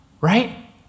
right